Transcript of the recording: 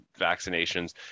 vaccinations